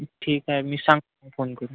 ठीक आहे मी सांगतो तुम्हाला फोन करून